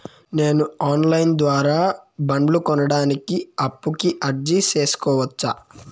నేను online ద్వారా బండ్లు కొనడానికి అప్పుకి అర్జీ సేసుకోవచ్చా?